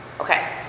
Okay